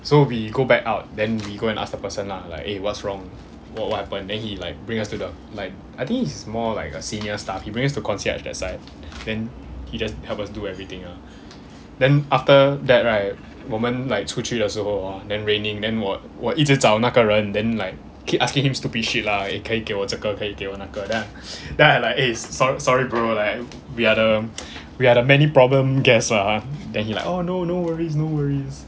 so we go back out then we go and ask the person lah like eh what's wrong what what happen then he like bring us to the like I think he's more like a senior staff he bring us to concierge that side then he just help us do everything then after that right 我们 like 出去的时候 ah then raining then 我我一直找那个人 then like keep asking him stupid shit lah eh 可以给我这个可以给我那个 then I then I like eh sorry sorry bro like we are the we are the many problem guest lah !huh! then he like orh no no worries no worries